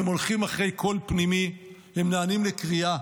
הם הולכים אחרי קול פנימי, הם נענים לקריאה.